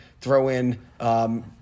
throw-in